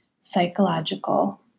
psychological